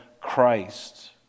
Christ